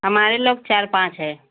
हमारे लोग चार पाँच हैं